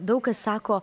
daug kas sako